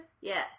Yes